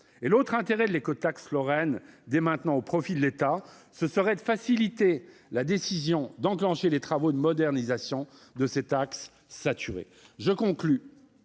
de mettre en place l'écotaxe lorraine dès maintenant au profit de l'État serait de faciliter la décision d'enclencher les travaux de modernisation de cet axe saturé. En conclusion,